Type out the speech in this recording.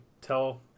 tell